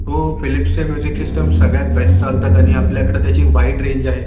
हो फिलिप्सचे music system सगळ्यात बेस् चालतात आणि आपल्याकडं त्याची वाईड रेंज आहे